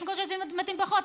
יש מקומות שזה מתאים פחות,